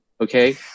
Okay